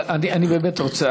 אבל אני באמת רוצה,